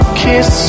kiss